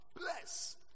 bless